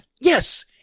Yes